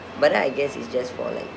but then I guess it's just for like